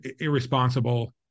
irresponsible